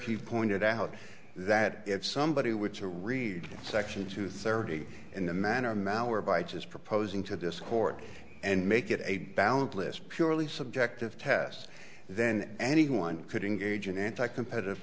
he pointed out that if somebody were to read section two thirty in the manner malware by just proposing to this court and make it a ballot less purely subjective test then anyone could engage in anti competitive